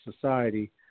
society